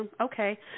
okay